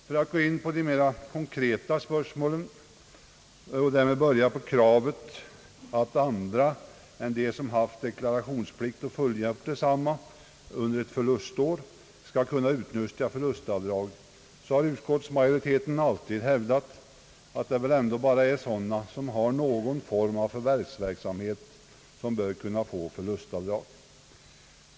För att gå in på de mera konkreta spörsmålen och därvid börja med kravet att andra än de, som haft deklarationsplikt och fullgjort densamma under ett förlustår, skulle kunna utnyttja förlustavdraget, så har utskottsmajoriteten alltid hävdat att det väl ändå är bara personer som har någon form av förvärvsverksamhet som bör kunna få göra förlustavdrag.